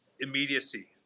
immediacy